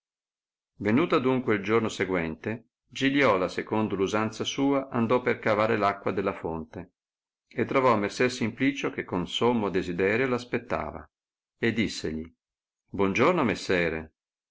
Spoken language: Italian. venuto adunque il giorno seguente giliola secondo usanza sua andò per cavare l acqua della fonte e trovò messer simplicio che con sommo desiderio l'aspettava e dissegli buon giorno messere